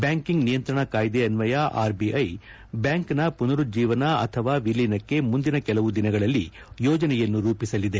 banking ನಿಯಂತ್ರಣ ಕಾಯ್ದೆ ಅನ್ವಯ ಆರ್ಬಿಐ ಬ್ಯಾಂಕ್ನ ಪುನರುಜ್ಜೀವನ ಅಥವಾ ವಿಲೀನಕ್ಕೆ ಮುಂದಿನ ಕೆಲವು ದಿನಗಳಲ್ಲಿ ಯೋಜನೆಯನ್ನು ರೂಪಿಸಲಿದೆ